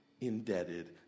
indebted